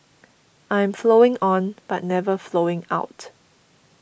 I am flowing on but never flowing out